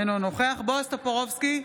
אינו נוכח בועז טופורובסקי,